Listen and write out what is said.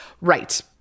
Right